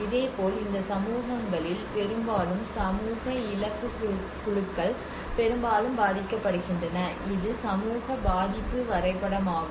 இதேபோல் இந்த சமூகங்களில் பெரும்பாலும் சமூக இலக்கு குழுக்கள் பெரும்பாலும் பாதிக்கப்படுகின்றன இது சமூக பாதிப்பு வரைபடமாகும்